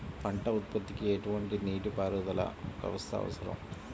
పంట ఉత్పత్తికి ఎటువంటి నీటిపారుదల వ్యవస్థ అవసరం?